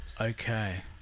Okay